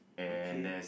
okay